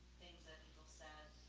things that people said,